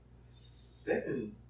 second